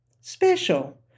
Special